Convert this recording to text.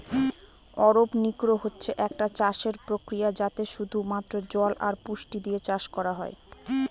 অরপনিক্স হচ্ছে একটা চাষের প্রক্রিয়া যাতে শুধু মাত্র জল আর পুষ্টি দিয়ে চাষ করা হয়